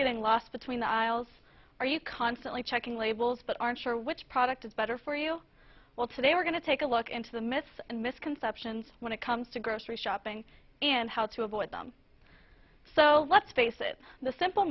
getting lost between the aisles are you constantly checking labels but aren't sure which product is better for you well today we're going to take a look into the myths and misconceptions when it comes to grocery shopping and how to avoid them so let's face it the simple